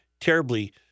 terribly